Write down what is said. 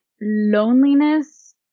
loneliness